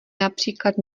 například